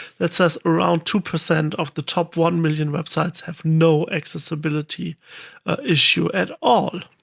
that says around two percent of the top one million websites have no accessibility issue at all.